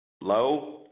low